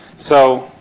so,